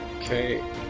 Okay